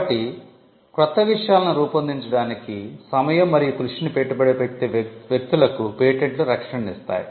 కాబట్టి క్రొత్త విషయాలను రూపొందించడానికి సమయం మరియు కృషిని పెట్టుబడి పెట్టే వ్యక్తులకు పేటెంట్లు రక్షణను ఇస్తాయి